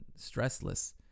stressless